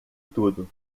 tudo